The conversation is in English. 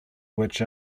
which